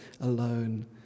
alone